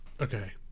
okay